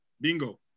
bingo